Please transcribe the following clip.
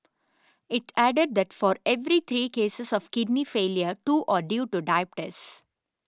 it added that for every three cases of kidney failure two are due to diabetes